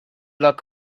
luck